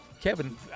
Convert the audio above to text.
Kevin